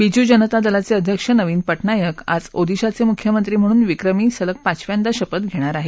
बीजू जनता दलाचे अध्यक्ष नवीन पजायक आज ओदिशाचे मुख्यमंत्री म्हणून विक्रमी सलग पाचव्यांदा शपथ घेणार आहेत